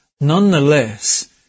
nonetheless